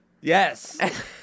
Yes